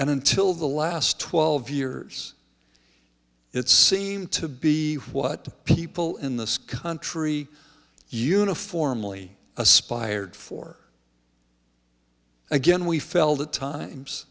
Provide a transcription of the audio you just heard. and until the last twelve years it seemed to be what people in this country uniformly aspired for again we felt at times